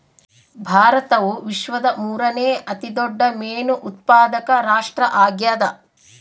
ಭಾರತವು ವಿಶ್ವದ ಮೂರನೇ ಅತಿ ದೊಡ್ಡ ಮೇನು ಉತ್ಪಾದಕ ರಾಷ್ಟ್ರ ಆಗ್ಯದ